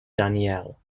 danielle